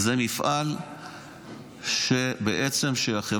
דרך אגב, מדינת ישראל